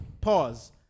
pause